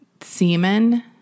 semen